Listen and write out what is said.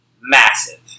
massive